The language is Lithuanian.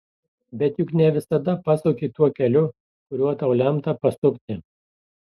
bet juk ne visada pasuki tuo keliu kuriuo tau lemta pasukti